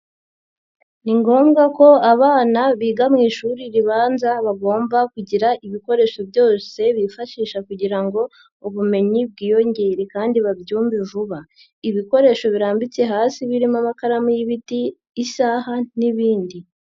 Ni ngombwa ko abana biga mu ishuri ribanza bagomba kugira ibikoresho byose bifashisha kugira ngo ubumenyi bwiyongere kandi babyumve vuba, ibikoresho birambitse hasi birimo: amakaramu y'ibiti, isaha n'ibindi.